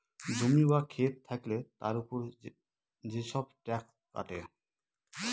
জমি বা খেত থাকলে তার উপর যেসব ট্যাক্স কাটে